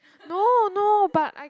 no no but I